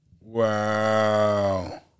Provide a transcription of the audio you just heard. Wow